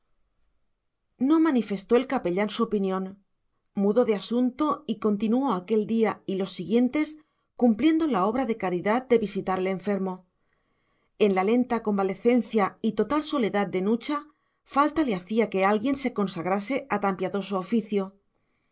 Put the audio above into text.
no manifestó el capellán su opinión mudó de asunto y continuó aquel día y los siguientes cumpliendo la obra de caridad de visitar al enfermo en la lenta convalecencia y total soledad de nucha falta le hacía que alguien se consagrase a tan piadoso oficio